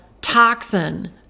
toxin